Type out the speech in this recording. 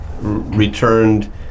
returned